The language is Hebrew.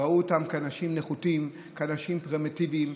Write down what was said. ראו אותם כאנשים נחותים, כאנשים פרימיטיביים.